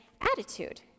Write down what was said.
attitude